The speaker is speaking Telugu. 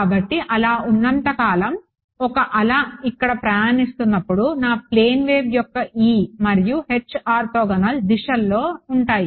కాబట్టి అలా ఉన్నంత కాలం ఒక అల ఇక్కడ ప్రయాణిస్తున్నప్పుడు నా ప్లేన్ వేవ్ యొక్క E మరియు H ఆర్తోగోనల్ దిశల్లో ఉంటాయి